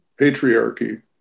patriarchy